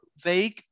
vague